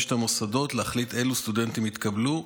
את המוסדות להחליט אילו סטודנטים יתקבלו,